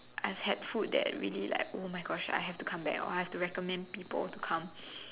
I've had food that really like oh my Gosh I have to come back or I have to recommend people to come